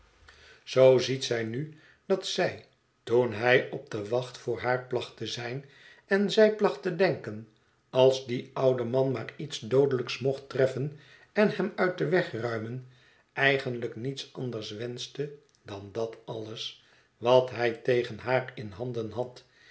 heeft ziet zij nu dat zij toen hij op de wacht voor haar placht te zijn en zij placht te denken als dien ouden man maar iets doodelijks mocht treffen en hem uit den weg ruimen i eigenlijk niets anders wenschte dan dat alles wat hij tegen haar in handen had